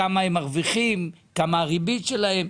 כמה הריבית שלהם.